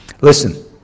Listen